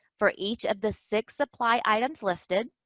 for each of the six supply items listed,